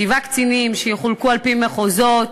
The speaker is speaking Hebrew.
שבעה קצינים, שיחולקו על-פי מחוזות,